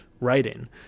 writing